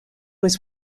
was